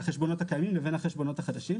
החשבונות הקיימים ולבין החשבונות החדשים,